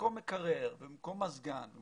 ובמקום מקרר ובמקום מזגן או